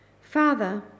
Father